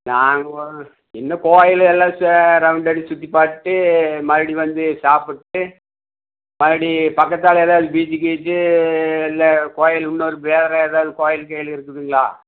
நாங்கள் இன்னும் கோவிலெல்லாம் ரவுண்ட் அடித்து சுற்றி பார்த்துட்டு மறுபடி வந்து சாப்பிட்டு மறுபடி பக்கத்தில் ஏதாவது பீச்சி கீச்சி இல்லை கோவில் இன்னொரு வேறு ஏதாவது கோவில் கீயில் இருக்குதுங்களா